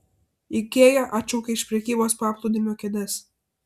ikea atšaukia iš prekybos paplūdimio kėdes